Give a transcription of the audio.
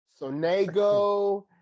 Sonego